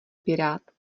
pirát